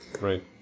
Right